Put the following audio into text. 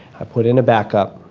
i put in a backup,